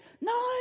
No